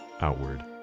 outward